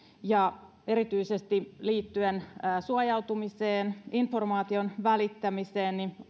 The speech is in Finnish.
ja erityisesti liittyen suojautumiseen informaation välittäminen